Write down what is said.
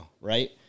right